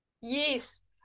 yes